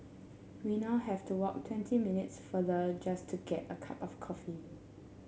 we now have to walk twenty minutes farther just to get a cup of coffee